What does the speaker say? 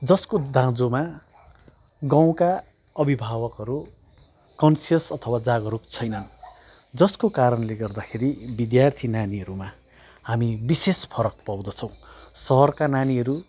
जसको दाँजोमा गाउँका अभिभावकहरू कन्सियस अथवा जागरुक छैनन् जसको कारणले गर्दाखेरि विद्यार्थी नानीहरूमा हामी विशेष फरक पाउँदछौँ सहरका नानीहरू